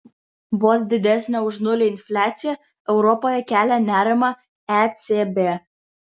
vos didesnė už nulį infliacija europoje kelia nerimą ecb